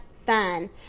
fun